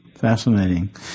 Fascinating